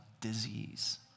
disease